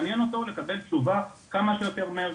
- מעניין אותו לקבל תשובה כמה שיותר מהר,